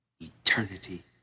eternity